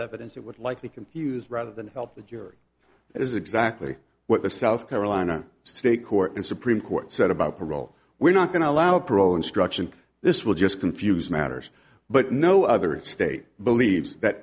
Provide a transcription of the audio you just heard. evidence it would likely confuse rather than help the jury that is exactly what the south carolina state court and supreme court said about parole we're not going to allow parole instruction this will just confuse matters but no other state believes that